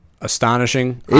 astonishing